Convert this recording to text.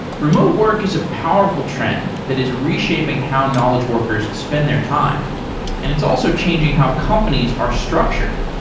remote work is a powerful trend that is reshaping how knowledge workers spend their time and it's also changing how companies are structured.